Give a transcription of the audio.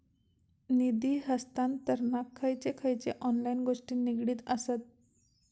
निधी हस्तांतरणाक खयचे खयचे ऑनलाइन गोष्टी निगडीत आसत?